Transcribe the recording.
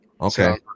okay